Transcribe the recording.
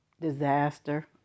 disaster